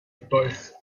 both